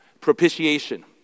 Propitiation